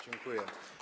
Dziękuję.